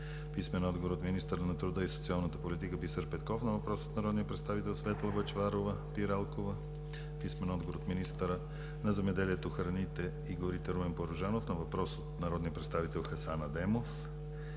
Тишев; - министъра на труда и социалната политика Бисер Петков на въпрос от народния представител Светла Бъчварова-Пиралкова; - министъра на земеделието, храните и горите Румен Порожанов на въпрос от народния представител Хасан Адемов;